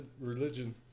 religion